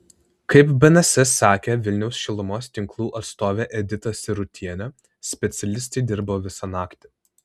kaip bns sakė vilniaus šilumos tinklų atstovė edita sirutienė specialistai dirbo visą naktį